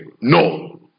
No